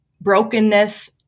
brokenness